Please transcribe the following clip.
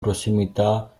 prossimità